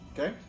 Okay